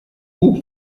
guk